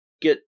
get